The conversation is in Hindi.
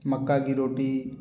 मक्के की रोटी